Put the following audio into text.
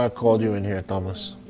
um called you in here, thomas?